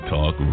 Talk